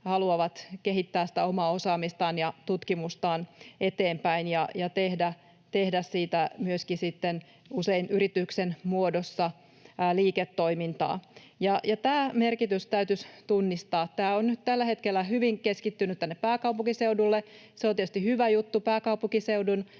haluavat kehittää sitä omaa osaamistaan ja tutkimustaan eteenpäin ja myöskin tehdä siitä usein yrityksen muodossa liiketoimintaa. Tämä merkitys täytyisi tunnistaa. Tämä on nyt tällä hetkellä hyvin keskittynyt tänne pääkaupunkiseudulle. Se on tietysti hyvä juttu: pääkaupunkiseudun